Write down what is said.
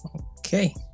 Okay